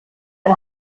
ein